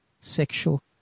sexual